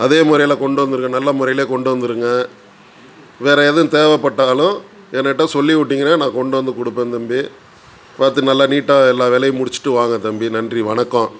அதே முறையில் கொண்டு வந்துடுங்க நல்ல முறையில் கொண்டு வந்துடுங்க வேறு எதுவும் தேவைப்பட்டாலும் என்கிட்ட சொல்லி விட்டீங்கன்னா நான் கொண்டு வந்து கொடுப்பேன் தம்பி பார்த்து நல்லா நீட்டாக எல்லா வேலையும் முடிச்சுட்டு வாங்க தம்பி நன்றி வணக்கம்